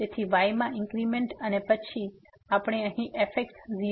તેથી y માં increment અને પછી